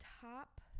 top